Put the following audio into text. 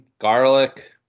garlic